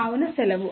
కావున సెలవు